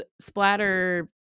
Splatter